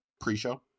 pre-show